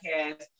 podcast